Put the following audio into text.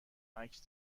عکس